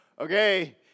Okay